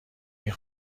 این